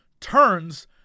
Turns